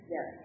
Yes